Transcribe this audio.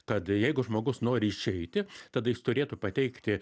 tad jeigu žmogus nori išeiti tada jis turėtų pateikti